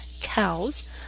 cows